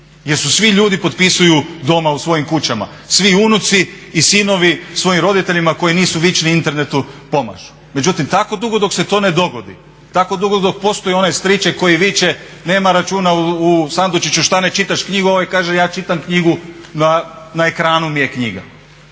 jer su svi ljudi potpisuju doma u svojim kućama. Svi unuci i sinovi svojim roditeljima koji nisu vični internetu pomažu. Međutim, tako dugo dok se to ne dogodi, tako dugo dok postoji onaj striček koji viče nema računa u sandučiću, šta ne čitaš knjigu. Ovaj kaže ja čitam knjigu, na ekranu mi je knjiga.